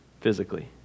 physically